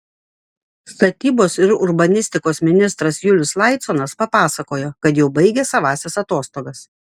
statybos ir urbanistikos ministras julius laiconas papasakojo kad jau baigė savąsias atostogas